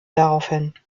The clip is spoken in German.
daraufhin